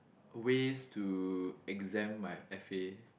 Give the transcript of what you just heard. ways to exempt my f_a